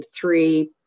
three